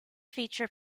feature